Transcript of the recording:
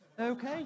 Okay